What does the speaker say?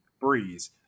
Breeze